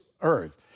earth